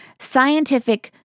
scientific